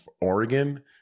Oregon